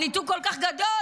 הניתוק כל כך גדול